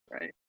Right